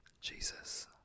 jesus